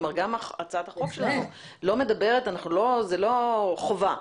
כלומר גם הצעת החוק שלנו לא מדברת, זה לא חובה,